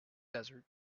desert